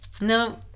No